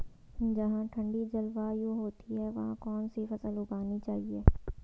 जहाँ ठंडी जलवायु होती है वहाँ कौन सी फसल उगानी चाहिये?